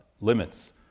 limits